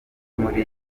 muri